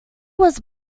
was